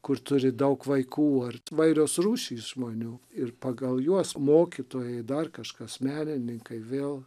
kur turi daug vaikų ar įvairios rūšys žmonių ir pagal juos mokytojai dar kažkas menininkai vėl